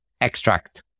extract